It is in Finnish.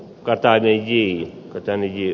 katainen hiih tää mihi